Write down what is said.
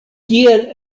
kiel